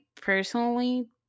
personally